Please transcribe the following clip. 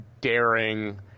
daring